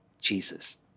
Jesus